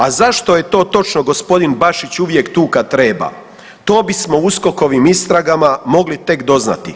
A zašto je to točno g. Bašić uvijek tu kad treba, to bismo USKOK-ovim istragama mogli tek doznati.